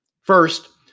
First